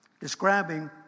describing